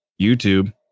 YouTube